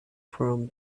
from